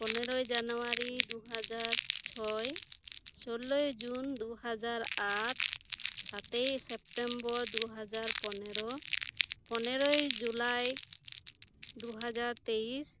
ᱯᱚᱱᱮᱨᱚᱭ ᱡᱟᱱᱩᱣᱟᱨᱤ ᱫᱩ ᱦᱟᱡᱟᱨ ᱪᱷᱚᱭ ᱥᱳᱞᱳᱭ ᱡᱩᱱ ᱫᱩ ᱦᱟᱡᱟᱨ ᱟᱴ ᱥᱟᱛᱮᱭ ᱥᱮᱯᱴᱮᱢᱵᱚᱨ ᱫᱩ ᱦᱟᱡᱟᱨ ᱯᱚᱱᱮᱨᱚ ᱯᱚᱱᱮᱨᱚᱭ ᱡᱩᱞᱟᱭ ᱫᱩ ᱦᱟᱡᱟᱨ ᱛᱮᱭᱤᱥ